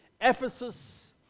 Ephesus